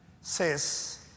says